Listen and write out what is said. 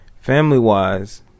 family-wise